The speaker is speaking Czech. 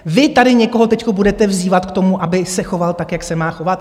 Vy tady někoho teď budete vzývat k tomu, aby se choval tak, jak se má chovat?